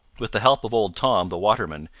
with the help of old tom, the waterman,